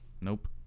Nope